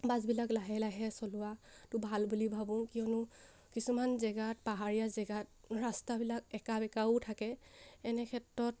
বাছবিলাক লাহে লাহে চলোৱা ভাল বুলি ভাবোঁ কিয়নো কিছুমান জেগাত পাহাৰীয়া জেগাত ৰাস্তাবিলাক একাবেকাও থাকে এনে ক্ষেত্ৰত